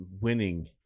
winning